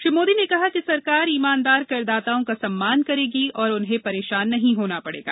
श्री मोदी ने कहा कि सरकार ईमानदार करदाताओं का सम्मान करेगी और उन्हें परेशान नहीं होना पड़ेगा